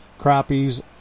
Crappies